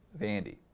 Vandy